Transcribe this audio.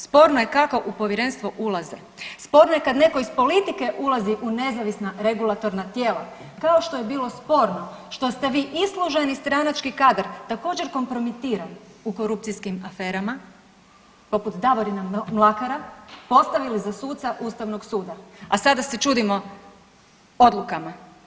Sporno je kako u povjerenstvo ulaze, sporno je kada netko iz politike ulazi u nezavisna regulatorna tijela, kao što je bilo sporno što ste vi isluženi stranački kadar također kompromitiran u korupcijskim aferama, poput Davorina Mlakara postavili za suca Ustavnog suda, a sada se čudimo odlukama.